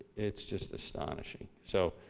it's just astonishing. so